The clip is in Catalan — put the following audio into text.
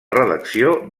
redacció